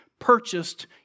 purchased